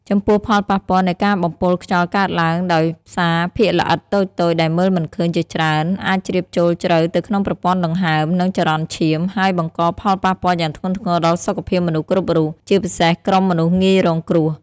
ចំពោះផលប៉ះពាល់នៃការបំពុលខ្យល់កើតឡើងដោយសារភាគល្អិតតូចៗដែលមើលមិនឃើញជាច្រើន អាចជ្រាបចូលជ្រៅទៅក្នុងប្រព័ន្ធដង្ហើម និងចរន្តឈាម ហើយបង្កផលប៉ះពាល់យ៉ាងធ្ងន់ធ្ងរដល់សុខភាពមនុស្សគ្រប់រូប ជាពិសេសក្រុមមនុស្សងាយរងគ្រោះ។